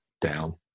down